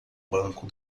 banco